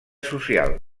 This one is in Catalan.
social